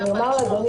אני אומר לאדוני,